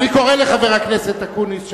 אני קורא לחבר הכנסת אקוניס,